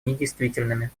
недействительными